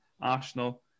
Arsenal